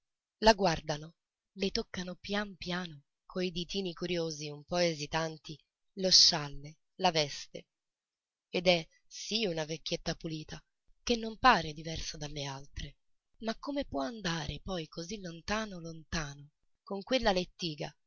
la guardano le toccano pian piano coi ditini curiosi un po esitanti lo scialle la veste ed è sì una vecchietta pulita che non pare diversa dalle altre ma come può andare poi così lontano lontano con quella lettiga